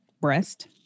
breast